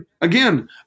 again